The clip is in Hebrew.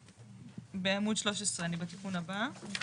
בעמוד 13, אני בתיקון הבא.